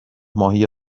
ماهی